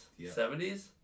70s